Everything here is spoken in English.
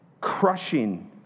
crushing